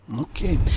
Okay